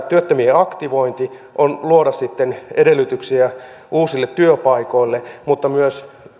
työttömien aktivointi on luoda sitten edellytyksiä uusille työpaikoille mutta myös